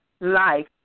life